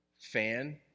fan